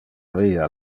via